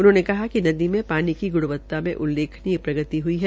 उन्होंने कहा कि नदी में पानी की गुणवता में उल्लेखनीय प्रगति ह्ई है